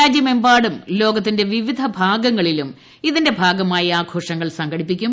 രാജ്യമെമ്പാടും ലോകത്തിന്റെ വിവിധ ഭാഗങ്ങളിലും ഇതിന്റെ ഭാഗമായി ആഘോഷങ്ങൾ സംഘടിപ്പിക്കും